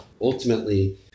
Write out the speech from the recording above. ultimately